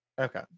Okay